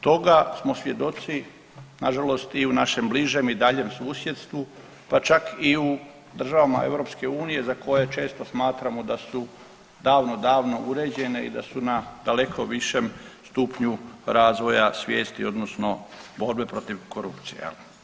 Toga smo svjedoci nažalost i u našem bližem i daljem susjedstvu, pa čak i u državama EU za koje često smatramo da su davno, davno uređene i da su na daleko višem stupnju razvoja svijesti odnosno borbe protiv korupcije.